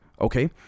okay